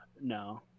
No